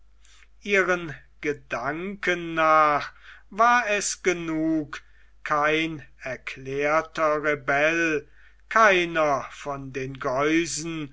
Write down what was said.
ihren gedanken nach war es genug kein erklärter rebell keiner von den geusen